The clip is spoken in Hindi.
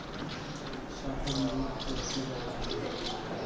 शाहबलूत पौस्टिक आहार माना जाता है